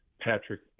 Patrick